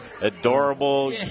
Adorable